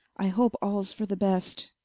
i hope, all's for the best